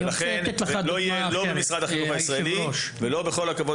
לא יהיה במשרד החינוך הישראלי ועם כל הכבוד